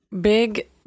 Big